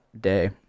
day